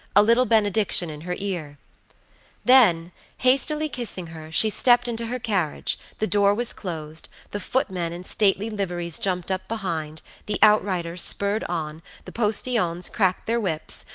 a little benediction in her ear then hastily kissing her she stepped into her carriage, the door was closed, the footmen in stately liveries jumped up behind, the outriders spurred on, the postilions cracked their whips,